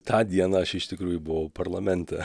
tą dieną aš iš tikrųjų buvau parlamente